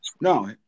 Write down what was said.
No